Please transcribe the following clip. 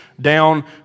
down